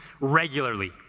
regularly